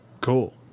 Cool